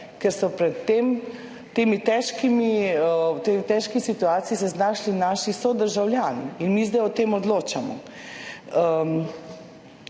ker so se v tej težki situaciji znašli naši sodržavljani. In mi zdaj o tem odločamo.